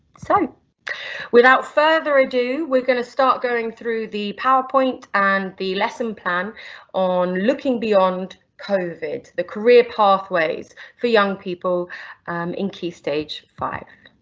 so without further ado we're going to start going through the powerpoint and the lesson plan on looking beyond covid the career pathways for young people in key stage five.